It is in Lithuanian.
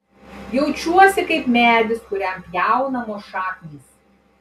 jaučiuosi kaip medis kuriam pjaunamos šaknys